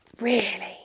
Really